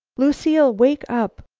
lucile! wake up!